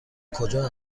کجا